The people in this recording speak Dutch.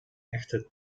echte